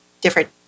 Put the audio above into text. different